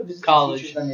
college